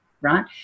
right